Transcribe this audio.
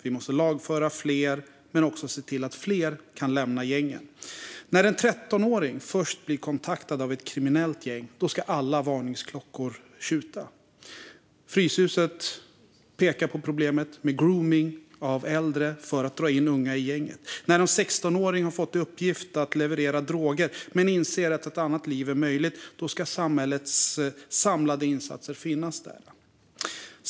Vi måste lagföra fler men också se till att fler kan lämna gängen. När en 13-åring först blir kontaktad av ett kriminellt gäng ska alla varningsklockor ringa. Fryshuset pekar på problemet med gromning från äldre för att dra in unga i gäng. När en 16-åring har fått i uppgift att leverera droger men inser att ett annat liv är möjligt ska samhällets samlade insatser finnas där.